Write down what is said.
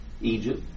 Egypt